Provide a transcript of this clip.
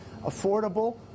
affordable